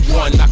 one